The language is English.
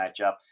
matchup